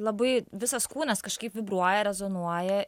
labai visas kūnas kažkaip vibruoja rezonuoja